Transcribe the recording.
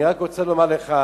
אני רק רוצה לומר לך,